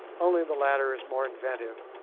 only the latter is more inventive,